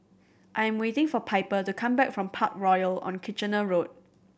I am waiting for Piper to come back from Parkroyal on Kitchener Road